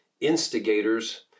instigators